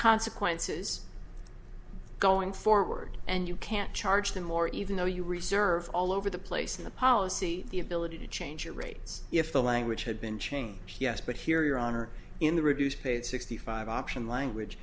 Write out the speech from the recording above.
consequences going forward and you can charge them more even though you reserve all over the place in the policy the ability to change your rates if the language had been changed yes but here your honor in the reduced paid sixty five option language